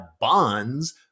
bonds